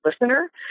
listener